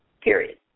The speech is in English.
period